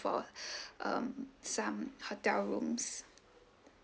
for um some hotel rooms